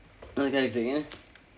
அது:athu correct ஏன்:een